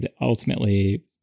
ultimately